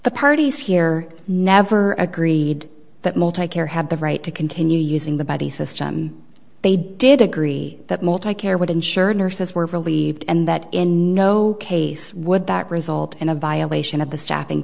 the parties here never agreed that multicar had the right to continue using the buddy system they did agree that multicar would ensure nurses were relieved and that in no case would that result in a violation of the staffing